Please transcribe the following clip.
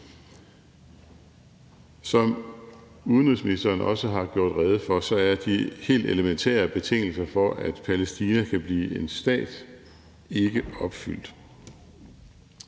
Som udenrigsministeren også har gjort rede for, er de helt elementære betingelser for, at Palæstina kan blive en stat, ikke opfyldt.